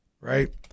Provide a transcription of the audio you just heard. right